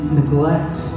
neglect